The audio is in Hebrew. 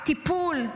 טיפול?